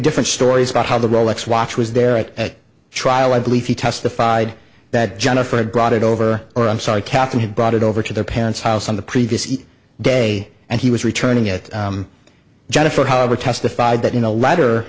different stories about how the rolex watch was there at trial i believe he testified that jennifer had brought it over or i'm sorry kathy had brought it over to their parents house on the previous each day and he was returning it jennifer however testified that in a letter